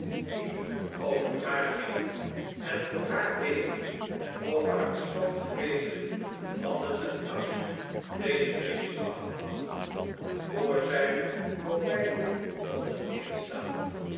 die over haar gingen en voor haar leven of haar verstand vreesden hadden met angst deze crisis afgewacht voor zij voor beide konden instaan